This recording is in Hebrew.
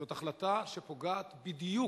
זאת החלטה שפוגעת בדיוק,